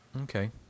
Okay